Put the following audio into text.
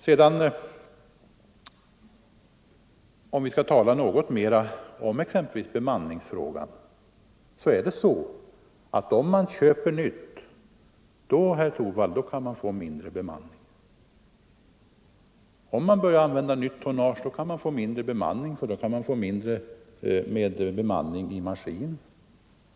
Sedan, herr Torwald, är det så —- om vi skall tala något mera om exempelvis bemanningsfrågan — att om man köper nytt tonnage kan man slippa undan med mindre bemanning; då behöver man mindre bemanning i maskin